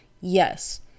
Yes